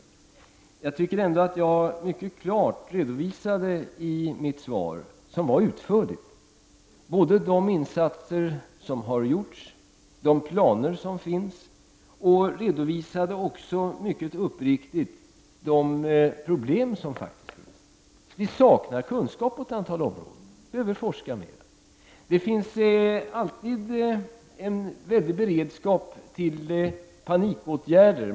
Men jag tycker ändå att jag mycket klart har redovisat i mitt svar, som är utförligt, de insatser som gjorts, de planer som finns och -- här har jag varit mycket uppriktig -- de problem som faktiskt finns. Vi saknar kunskap på ett antal områden och behöver alltså forska mera. Men det finns alltid en mycket stor beredskap när det gäller panikåtgärder.